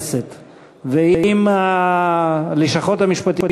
ואם ועדות בכנסת ואם הלשכות המשפטיות